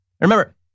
Remember